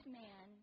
man